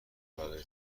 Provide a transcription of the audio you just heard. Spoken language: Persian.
برای